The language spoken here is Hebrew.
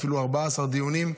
אפילו 14 דיונים,